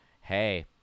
hey